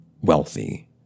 wealthy